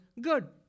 Good